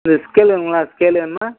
அந்த ஸ்கேலு வேணும்ங்களா ஸ்கேலு வேணுமா